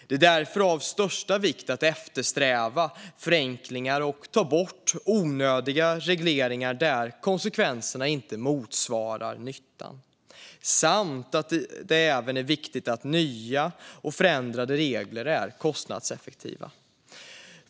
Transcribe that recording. Det är därför av största vikt att eftersträva förenklingar och ta bort onödiga regleringar där konsekvenserna inte motsvarar nyttan. Det är även viktigt att nya och förändrade regler är kostnadseffektiva.